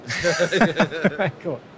cool